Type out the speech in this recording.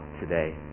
today